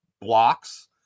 blocks